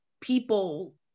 people